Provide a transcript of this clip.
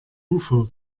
ufo